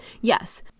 Yes